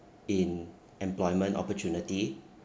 in employment opportunity